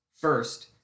first